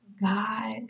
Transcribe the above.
God